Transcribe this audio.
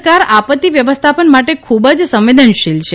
સરકાર આપત્તિ વ્યવસ્થાપન માટે ખૂબ જ સંવેદનશીલ છે